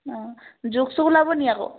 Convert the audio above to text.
অঁ জোক চোক ওলাব নি আকৌ